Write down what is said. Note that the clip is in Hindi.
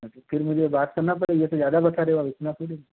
अच्छा फिर मुझे बात करना पड़ेगा ये तो ज्यादा बता रहे हो आप इतना थोड़ी